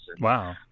Wow